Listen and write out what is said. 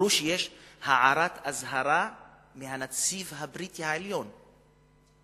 אמרו שיש הערת אזהרה מהנציב העליון הבריטי.